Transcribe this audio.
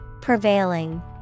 Prevailing